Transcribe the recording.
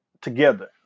together